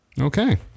okay